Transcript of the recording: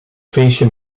feestje